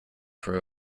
crow